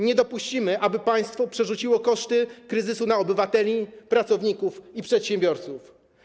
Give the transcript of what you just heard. Nie dopuścimy, aby państwo przerzuciło koszty kryzysu na obywateli, pracowników i przedsiębiorców.